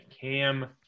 Cam